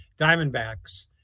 Diamondbacks